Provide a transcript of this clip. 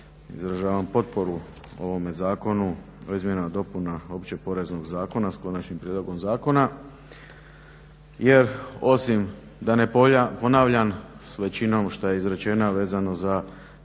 izražavam potporu ovom zakonu o izmjenama i dopuna Opće poreznog zakona s konačnim prijedlogom zakona jer osim da ne ponavljam s većino što je izrečeno a vezano za usklađenje